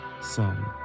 Son